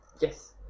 Yes